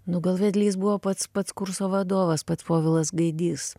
nu gal vedlys buvo pats pats kurso vadovas pats povilas gaidys